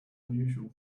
unusual